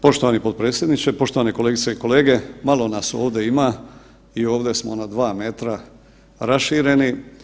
Poštovani potpredsjedniče, poštovane kolegice i kolege, malo nas ovdje ima i ovdje smo na 2 metra rašireni.